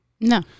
No